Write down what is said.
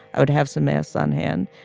i would have some mass on hand.